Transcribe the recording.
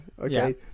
Okay